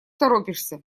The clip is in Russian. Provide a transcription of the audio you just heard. торопишься